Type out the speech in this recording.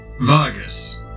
Vargas